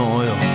oil